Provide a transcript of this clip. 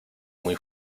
muy